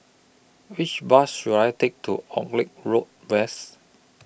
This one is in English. Which Bus should I Take to Auckland Road West